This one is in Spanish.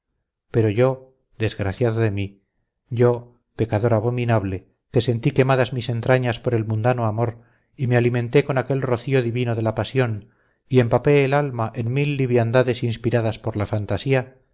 pero yo desgraciado de mí yo pecador abominable que sentí quemadas mis entrañas por el mundano amor y me alimenté con aquel rocío divino de la pasión y empapé el alma en mil liviandades inspiradas por la fantasía